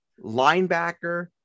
linebacker